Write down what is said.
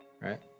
right